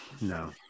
no